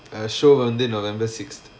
err show வந்து:vanthu november six